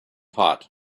hot